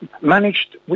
managed